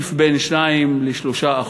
עדיף בין 2% ל-3%,